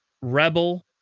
rebel